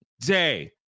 day